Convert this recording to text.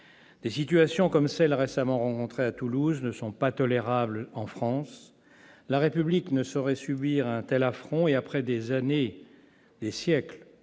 Des situations comme celle récemment rencontrée à Toulouse ne sont pas tolérables en France. La République ne saurait subir un tel affront. Après des années, après des siècles